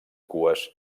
cues